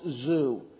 Zoo